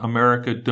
America